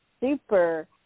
super